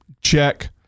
check